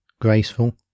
graceful